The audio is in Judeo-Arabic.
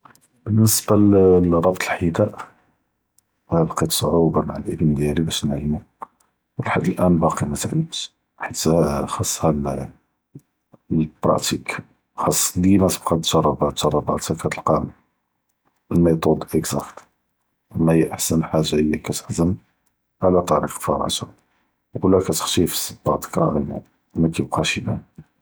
באלניסבה לרבוט אלח’דאא ליקט ס’עובה מע אלאבן דיאלי באש נעלמו, ולח’ד אלאן באקי מז’עמטש, ח’תא ח’אסהא מע אלפרטיק ח’אס דימה תבקא ת’ג’רבה ת’ג’רבה ח’תא תלקאהום אלמיטוד אקזאקט. מיה אהסן חאגה היא כתח’זם עלא ת’וריק אלפרשה, ו לא כתח’שיה פ סבטכ’ קרימו מיבקאש ייבאן.